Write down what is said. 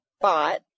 bought